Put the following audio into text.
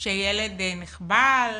כשילד נחבל,